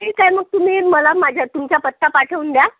ठीक आहे मग तुम्ही मला माझ्या तुमचा पत्ता पाठवून द्या